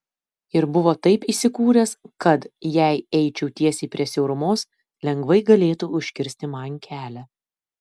ir buvo taip įsikūręs kad jei eičiau tiesiai prie siaurumos lengvai galėtų užkirsti man kelią